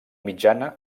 mitjana